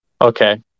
Okay